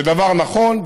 זה דבר נכון,